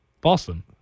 Boston